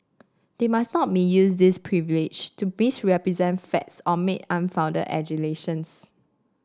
they must not misuse this privilege to misrepresent facts or make unfounded allegations